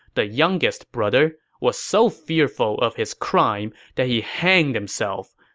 the youngest brother, was so fearful of his crime that he hanged himself.